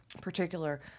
particular